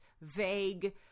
vague